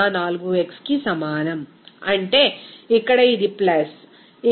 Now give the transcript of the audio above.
04xకి సమానం అంటే ఇక్కడ ఇది ప్లస్ ఇక్కడ ఈ 2